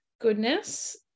goodness